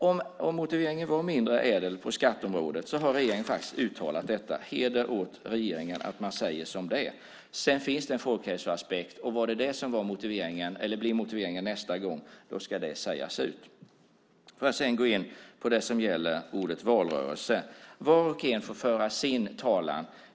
Om motiveringen var mindre ädel på skatteområdet har regeringen faktiskt uttalat det. Heder åt regeringen för att man säger som det är! Sedan finns det en folkhälsoaspekt. Om det är det som är motiveringen eller blir motiveringen nästa gång så ska det sägas ut. Sedan vill jag gå in på ordet valrörelse. Var och en får föra sin talan.